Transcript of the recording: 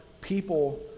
people